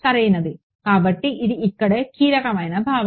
సరియైనది కాబట్టి ఇది ఇక్కడే కీలకమైన భావన